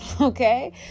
okay